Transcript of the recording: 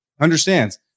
understands